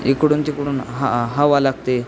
इकडून तिकडून हा हवा लागते